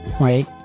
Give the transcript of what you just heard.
right